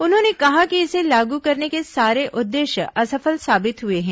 उन्होंने कहा कि इसे लागू करने के सारे उद्देश्य असफल साबित हुए हैं